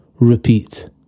repeat